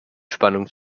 spannung